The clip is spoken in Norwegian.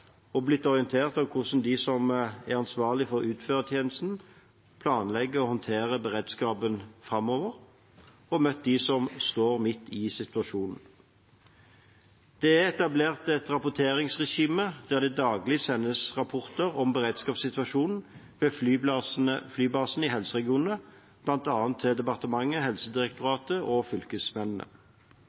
og blitt orientert om hvordan de som er ansvarlige for å utføre tjenestene, planlegger å håndtere beredskapen framover, og jeg har møtt dem som står midt oppi situasjonen. Det er etablert et rapporteringsregime der det daglig sendes rapporter om beredskapssituasjonen ved flybasene i helseregionene, bl.a. til departementet, Helsedirektoratet og fylkesmennene.